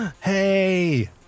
Hey